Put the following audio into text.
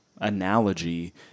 analogy